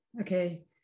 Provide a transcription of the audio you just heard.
okay